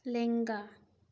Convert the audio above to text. ᱞᱮᱝᱜᱟ